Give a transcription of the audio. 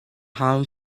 home